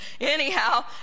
Anyhow